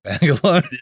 Bangalore